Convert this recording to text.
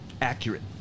accurate